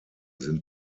sind